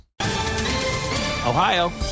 Ohio